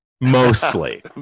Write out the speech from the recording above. mostly